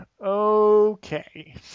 Okay